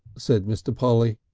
said mr. polly.